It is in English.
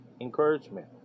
encouragement